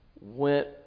went